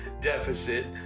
deficit